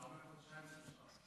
אמרת חודשיים-שלושה?